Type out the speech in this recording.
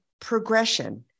progression